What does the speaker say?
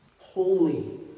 holy